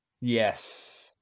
Yes